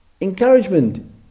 encouragement